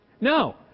No